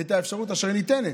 את האפשרות, אשר ניתנת,